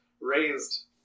raised